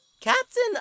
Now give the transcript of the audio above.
Captain